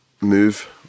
move